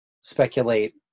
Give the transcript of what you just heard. speculate